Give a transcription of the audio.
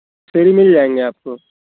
फिर मिल जाएँगे आपको